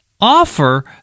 offer